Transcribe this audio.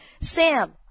Sam